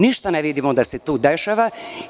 Ništa ne vidimo da se tu dešava.